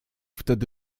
wtedy